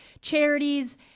charities